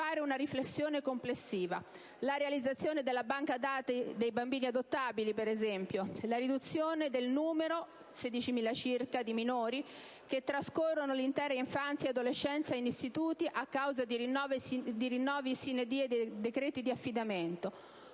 fare una riflessione complessiva: per esempio, la realizzazione della banca dati dei bambini adottabili, la riduzione del numero (16.000 circa) di minori che trascorrono l'intera infanzia e adolescenza in istituti a causa di rinnovi *sine die* dei decreti di affidamento,